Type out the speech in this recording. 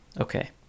Okay